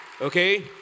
okay